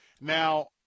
Now